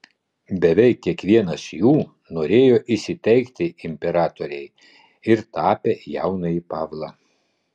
beveik kiekvienas jų norėjo įsiteikti imperatorei ir tapė jaunąjį pavlą